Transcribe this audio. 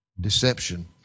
deception